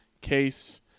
case